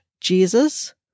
Jesus